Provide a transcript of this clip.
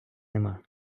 нема